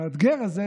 המאתגר הזה,